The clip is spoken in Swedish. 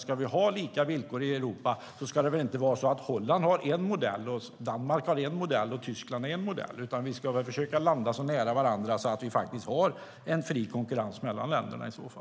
Ska vi ha lika villkor i Europa ska väl inte Holland ha en viss modell, Danmark en annan modell, Tyskland ytterligare en annan modell, utan vi ska väl försöka landa så nära varandra att vi faktiskt har en fri konkurrens mellan länderna.